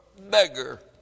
beggar